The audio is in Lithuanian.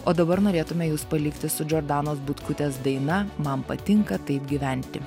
o dabar norėtume jus palikti su džordanos butkutės daina man patinka taip gyventi